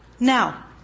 Now